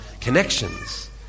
connections